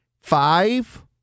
Five